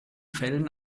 fällen